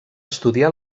estudiar